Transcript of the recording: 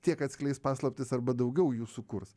tiek atskleis paslaptis arba daugiau jų sukurs